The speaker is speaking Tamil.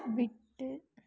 விட்டு